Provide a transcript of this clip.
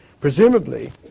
Presumably